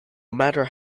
matter